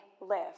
live